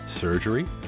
surgery